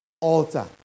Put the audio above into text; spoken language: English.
altar